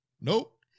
nope